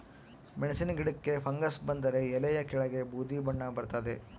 ಮೆಣಸಿನ ಗಿಡಕ್ಕೆ ಫಂಗಸ್ ಬಂದರೆ ಎಲೆಯ ಕೆಳಗೆ ಬೂದಿ ಬಣ್ಣ ಬರ್ತಾದೆ